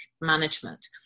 management